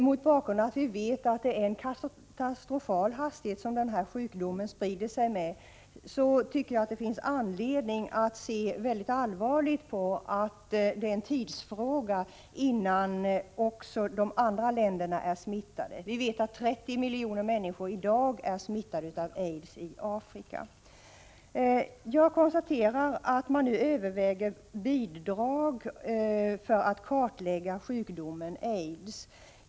Mot bakgrund av att vi vet att det är en katastrofal hastighet som den här sjukdomen sprider sig med, tycker jag att det finns anledning att se mycket allvarligt på att det är en tidsfråga, innan också de andra länderna är smittade. Vi vet att 30 miljoner människor i dag är smittade av aids i Afrika. Jag konstaterar att man nu överväger att ge bidrag för att kartlägga sjukdomen aids.